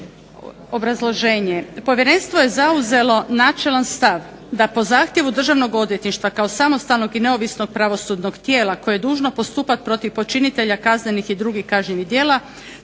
Obrazloženje. Povjerenstvo je zauzelo načelan stav da po zahtjevu Državnog odvjetništva kao samostalnog i neovisnog pravosudnog tijela koje je dužno postupati protiv počinitelja kaznenih djela i drugih kažnjenih djela